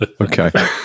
Okay